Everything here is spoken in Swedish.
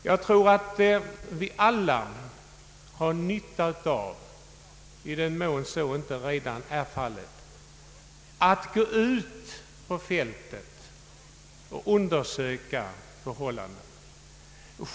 Jag tror att vi alla har nytta av, i den mån vi inte redan gör det, att gå ut på fältet och undersöka förhållandena.